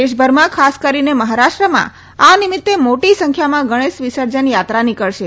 દેશભરમાં ખાસ કરીને મહારાષ્ટ્રમાં આ નિમિત્તે મોટી સંખ્યામાં ગણેશ વિસર્જન યાત્રા નિકળશે